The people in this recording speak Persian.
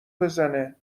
بزنه